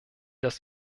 das